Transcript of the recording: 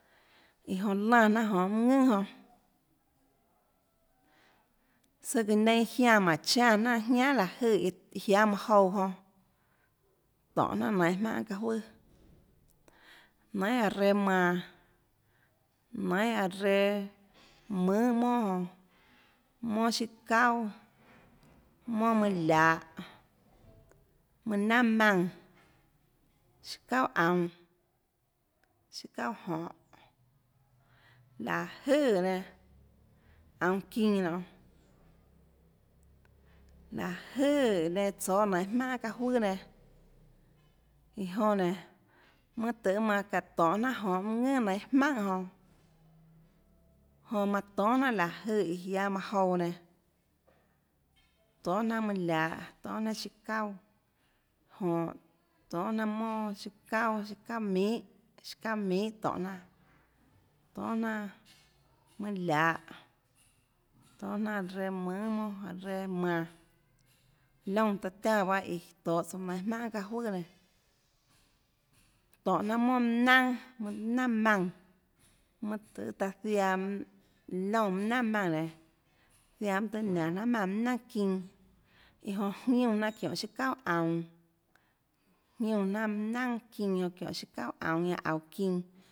Iã jonã lánã jnanà jonhå mønâ ðønàjonã søâ iã nenâ jiánã mánhå chánã jnanàjiánà láhå jøè iã jiáâ manã jouãjonã tónhå jnanà nainhå jmaùnhà guiohà çaã juøànainhà aã reâ manãnainhà aã reâ mønhà monà jonã monà sià çauà monà manâ lahå mønâ naønà maùnã siâ çauà aunå siâ çauà jonhå áhå jøè iã nenãaunå çinã nonê láhå jøè iã nenã tsóâ nainhå jmaùnhà guiohà çaâ juøà nenã iã jonã nénå mønâ tøhê manã çaã tónhã jnanà jonhå manâ ðùnà nainhå jmaùnhà jonãjonã manã tonhà jnanà láhå jøè iã jiáâ manã jouã nenã tonhà jnanà mønâ lahå tonhà jnanàsiâ çauà jonhå tonhà jnanà monà siâ çauà siâ çauà minhà siâ çauà minhà tónhå jnanàtonhà jnanàmønâ lahå tonhà jnanà reâ mønhà monà aã reâ manã liónã taã tiánã pahâ iã tohå tsouã nainhå jmaùnhà guiohà çaâ juøà nenã tónhå jnanà monà mønâ naønà mønâ naønà maùnã mønâ tøhê taã ziaã liónã mønâ naønà maùã nenãziaã mønâ tøhê níanå jnanà maùnã mønâ naønà çinã iã jonã jiúnã jnanà çiónhå siâ çauà aunå jiúnã jnanà mønâ naønà çinã jonãsiâ çauà aunå ñanã aunã çinã